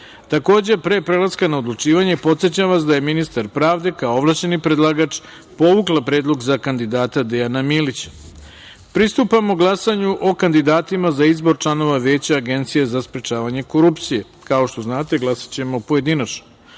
pre prelaska na odlučivanje, podsećam vas da je ministar pravde, kao ovlašćeni predlagač, povukla predlog za kandidata Dejana Milića. Pristupamo glasanju o kandidatima za izbor članova Veća Agencije za sprečavanje korupcije. Kao što znate, glasaćemo pojedinačno. Stavljam